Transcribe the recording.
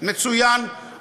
מצוין,